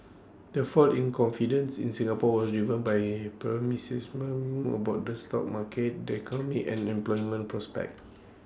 the fall in confidence in Singapore was driven by pessimism about the stock market the economy and employment prospects